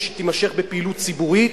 ותימשך בפעילות ציבורית,